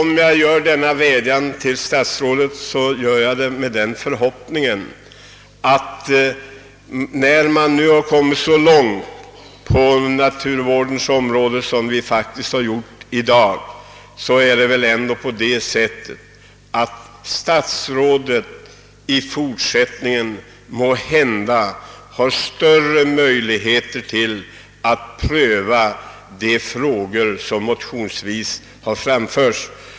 Jag vädjar till statsrådet med den förhoppningen att, när man nu kommit så långt på naturvårdens område som vi faktiskt gjort i dag, statsrådet i fortsättningen måhända har större möjligheter att pröva de frågor som motionsvis har framförts.